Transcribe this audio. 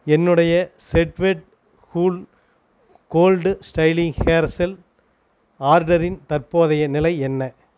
என்னுடைய set wet cool gold styling hair gel ஆர்டரின் தற்போதைய நிலை என்ன